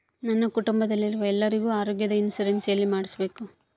ನನ್ನ ಕುಟುಂಬದಲ್ಲಿರುವ ಎಲ್ಲರಿಗೂ ಆರೋಗ್ಯದ ಇನ್ಶೂರೆನ್ಸ್ ಎಲ್ಲಿ ಮಾಡಿಸಬೇಕು?